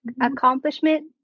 accomplishment